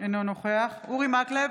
אינו נוכח אורי מקלב,